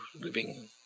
living